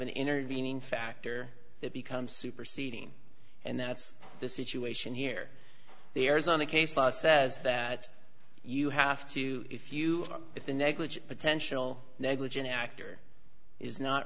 an intervening factor that becomes superseding and that's the situation here the arizona case law says that you have to if you are if the negligent potential negligent act or is not